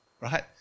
right